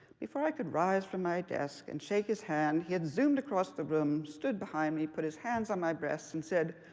before i could rise from my desk and shake his hand, he had zoomed across the room, stood behind me, put his hands on my breasts and said,